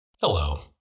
Hello